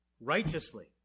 righteously